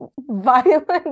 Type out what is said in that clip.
violent